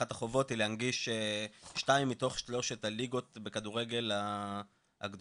אחת החובות היא להנגיש שתיים מתוך שלושת הליגות בכדורגל הגדולות,